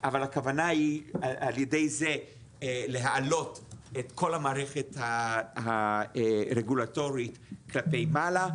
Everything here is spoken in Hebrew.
אבל הכוונה היא על ידי זה להעלות את כל המערכת הרגולטוריות כלפי מעלה,